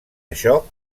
això